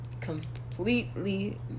Completely